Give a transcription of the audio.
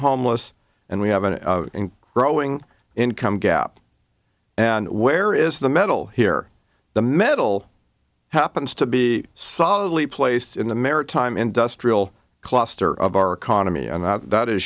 homeless and we have a growing income gap and where is the metal here the metal happens to be solidly placed in the maritime industrial cluster of our economy and that